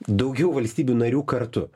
daugiau valstybių narių kartu